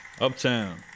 Uptown